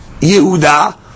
Yehuda